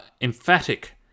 emphatic